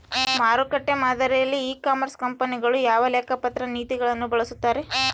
ಮಾರುಕಟ್ಟೆ ಮಾದರಿಯಲ್ಲಿ e commerce ಕಂಪನಿಗಳು ಯಾವ ಲೆಕ್ಕಪತ್ರ ನೇತಿಗಳನ್ನು ಬಳಸುತ್ತಾರೆ?